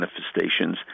manifestations